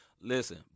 Listen